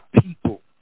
people